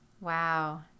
Wow